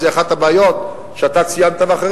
זו אחת הבעיות שאתה ואחרים ציינתם,